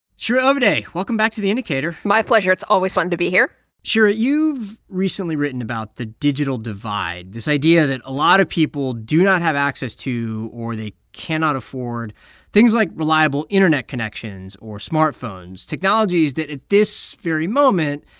shira ovide, welcome back to the indicator my pleasure. it's always fun to be here shira, you've recently written about the digital divide, this idea that a lot of people do not have access to or they cannot afford things like reliable internet connections or smartphones technologies that, at this very moment,